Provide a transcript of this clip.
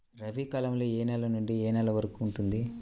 రబీ కాలం ఏ నెల నుండి ఏ నెల వరకు ఉంటుంది?